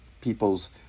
people's